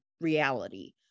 reality